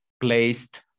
placed